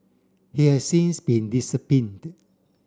he has since been disciplined